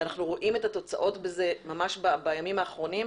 ואנחנו רואים את התוצאות ממש בימים האחרונים,